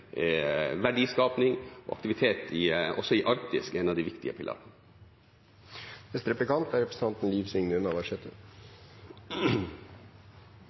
aktivitet også i Arktis en av de viktigste pilarene.